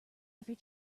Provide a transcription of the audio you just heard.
every